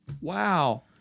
Wow